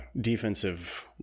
defensive